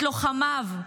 את לוחמיו,